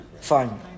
Fine